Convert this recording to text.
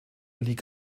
lig